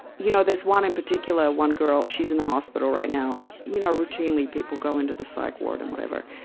you know there's one in particular, one girl, she's in the hospital right now. you know routinely people go into the psych ward and whatever.